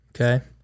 Okay